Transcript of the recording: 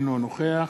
אינו נוכח